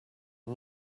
are